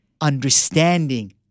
understanding